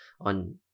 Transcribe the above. on